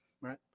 right